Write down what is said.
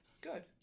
Good